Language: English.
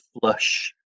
flush